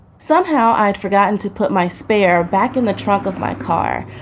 somehow i'd forgotten to put my spare back in the trunk of my car.